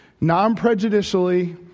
non-prejudicially